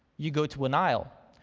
you go to an aisle.